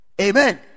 Amen